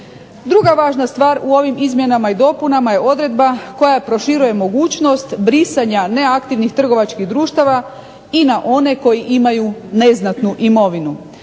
Druga važna stvar u ovim izmjenama i dopunama je odredba koja proširuje mogućnost brisanja neaktivnih trgovačkih društava i na one koji imaju neznatnu imovinu.